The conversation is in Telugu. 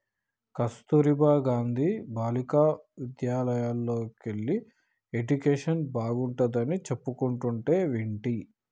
కస్తుర్బా గాంధీ బాలికా విద్యాలయల్లోకెల్లి ఎడ్యుకేషన్ బాగుంటాడని చెప్పుకుంటంటే వింటి